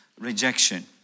rejection